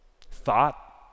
thought